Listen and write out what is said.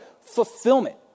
fulfillment